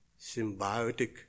symbiotic